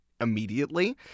immediately